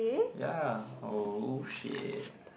ya oh shit